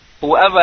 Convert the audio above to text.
whoever